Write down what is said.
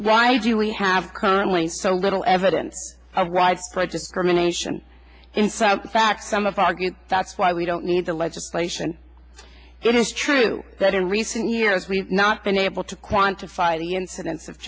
why do we have currently so little evidence of widespread discrimination in fact in fact some of our good that's why we don't need the legislation it is true that in recent years we've not been able to quantify the incidence of